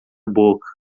boca